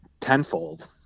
tenfold